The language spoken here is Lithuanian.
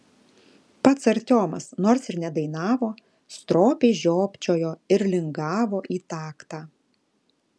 pats artiomas nors ir nedainavo stropiai žiopčiojo ir lingavo į taktą